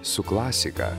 su klasika